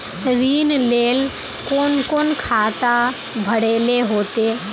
ऋण लेल कोन कोन खाता भरेले होते?